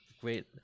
Great